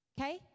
okay